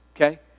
Okay